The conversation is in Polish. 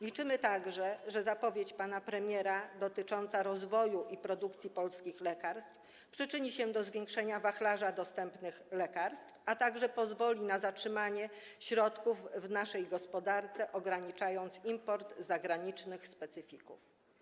Liczymy także, że zapowiedź pana premiera dotycząca rozwoju produkcji polskich lekarstw przyczyni się do zwiększenia wachlarza dostępnych lekarstw, a także pozwoli na zatrzymanie środków w naszej gospodarce, ograniczając import zagranicznych specyfików.